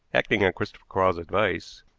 acting on christopher quarles's advice,